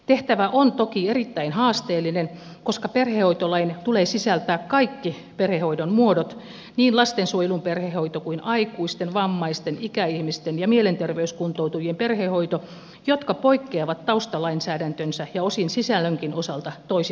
tehtävä on toki erittäin haasteellinen koska perhehoitolain tulee sisältää kaikki perhehoidon muodot niin lastensuojelun perhehoito kuin myös aikuisten vammaisten ikäihmisten ja mielenterveyskuntoutujien perhehoito jotka poikkeavat taustalainsäädäntönsä ja osin sisällönkin osalta toisistaan